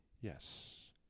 Yes